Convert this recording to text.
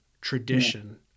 tradition